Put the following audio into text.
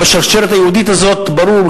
בשרשרת היהודית הזאת ברור,